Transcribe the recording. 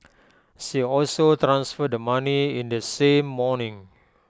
she also transferred the money in the same morning